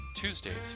Tuesdays